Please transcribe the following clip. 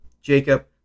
Jacob